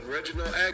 Reginald